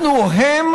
אנחנו או הם,